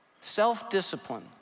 Self-discipline